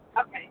Okay